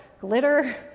glitter